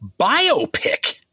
biopic